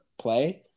play